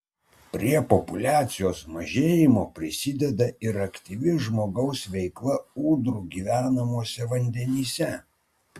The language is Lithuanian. prie populiacijos mažėjimo prisideda ir aktyvi žmogaus veikla ūdrų gyvenamuose vandenyse